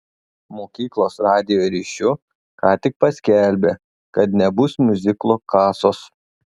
mokyklos radijo ryšiu ką tik paskelbė kad nebus miuziklo kasos